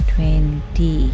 Twenty